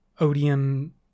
Odium